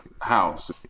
house